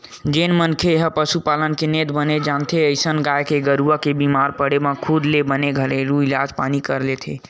जेन मनखे मन ह पसुपालन के नेत बने जानथे अइसन म गाय गरुवा के बीमार पड़े म खुदे ले बने घरेलू इलाज पानी कर लेथे